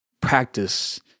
practice